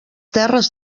terres